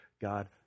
God